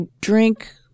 drink